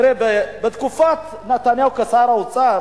בתקופת נתניהו כשר האוצר